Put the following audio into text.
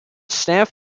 staff